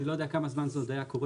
אני לא יודע עוד כמה זמן זה היה קורה.